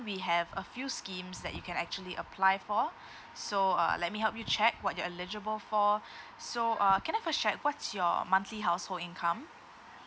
we have a few schemes that you can actually apply for so uh let me help you check what you're eligible for so uh can I first check what's your monthly household income